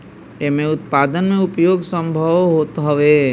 एमे उत्पादन में उपयोग संभव होत हअ